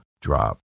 drop